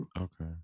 Okay